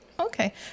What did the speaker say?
Okay